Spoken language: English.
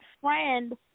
friend